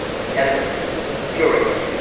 the editor a curator.